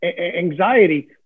anxiety